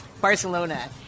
Barcelona